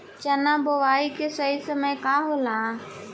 चना बुआई के सही समय का होला?